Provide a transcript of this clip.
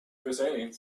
why